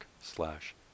slash